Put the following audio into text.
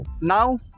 Now